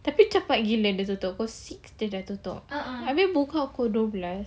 tapi cepat gila dia tutup cause six dia dah tutup I mean buka dua belas